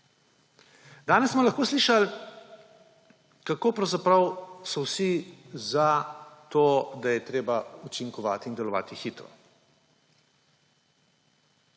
Danes smo lahko slišali, kako pravzaprav so vsi za to, da je treba učinkovati in delovati hitro.